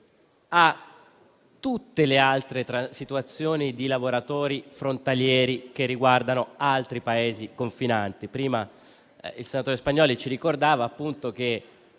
a tutte le altre situazioni di lavoratori frontalieri riguardanti altri Paesi confinanti. Prima il senatore Spagnolli ricordava che